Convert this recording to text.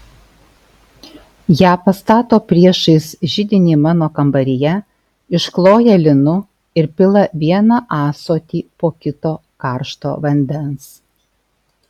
ją pastato priešais židinį mano kambaryje iškloja linu ir pila vieną ąsotį po kito karšto vandens